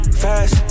fast